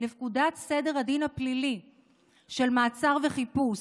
לפקודת סדר הדין הפלילי (מעצר וחיפוש)